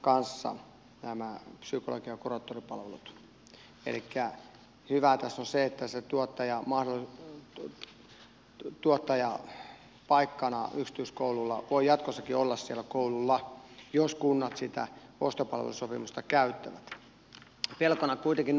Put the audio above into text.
elikkä hyvää tässä on se että se tuottaja paikkana yksityiskoulu voi jatkossakin olla koululla jos kunnat sitä ostopalvelusopimusta käyttävät